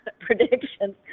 predictions